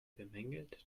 bemängelt